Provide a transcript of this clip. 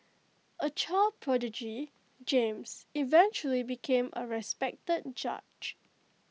A child prodigy James eventually became A respected judge